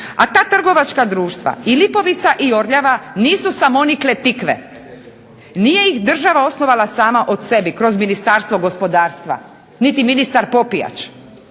A ta trgovačka društva i Lipovica i Orljava nisu samonikle tikve, nije ih država osnovala sama od sebe kroz Ministarstvo gospodarstva, niti ministar Popijač